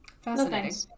Fascinating